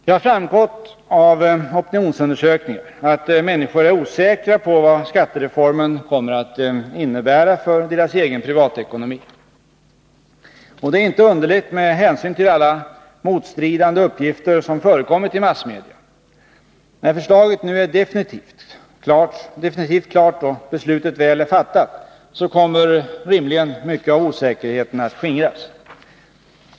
Det har framgått av opinionsundersökningar att människor är osäkra på vad skattereformen kommer att innebära för deras egen privatekonomi. Och det är inte underligt med hänsyn till alla motstridande uppgifter som förekommit i massmedia. När förslaget nu är definitivt klart och beslutet väl är fattat, kommer rimligen mycket av osäkerheten att skingras.